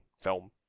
film